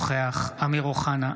אינו נוכח אמיר אוחנה,